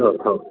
हो हो